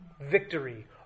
Victory